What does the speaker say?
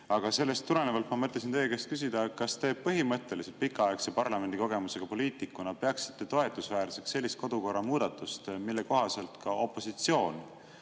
Aga sellest tulenevalt ma mõtlesin teie käest küsida, kas te pikaaegse parlamendikogemusega poliitikuna peaksite põhimõtteliselt toetusväärseks sellist kodukorra muudatust, mille kohaselt ka opositsioon